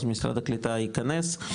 אז משרד הקליטה יכנס,